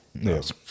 Yes